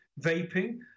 vaping